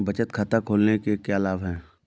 बचत खाता खोलने के क्या लाभ हैं?